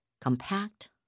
compact